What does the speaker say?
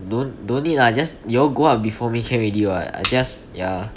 don't don't need lah just you all go up before me can already [what] I just ya